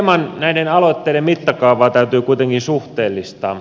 hieman näiden aloitteiden mittakaavaa täytyy kuitenkin suhteellistaa